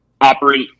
operate